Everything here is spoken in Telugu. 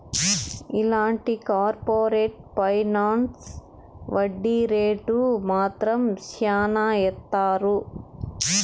ఇలాంటి కార్పరేట్ ఫైనాన్స్ వడ్డీ రేటు మాత్రం శ్యానా ఏత్తారు